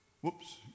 whoops